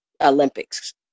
Olympics